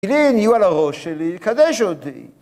‫הנה, נהיו על הראש שלי. ‫קדש אותי.